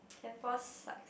can four sucks